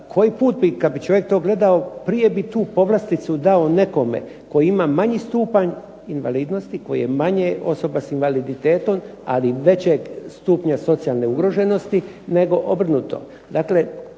Koji put bi kad bi čovjek to gledao prije bi tu povlasticu dao nekome koji ima manji stupanj invalidnosti, koji je manje osoba sa invaliditetom, ali većeg stupnja socijalne ugroženosti nego obrnuto.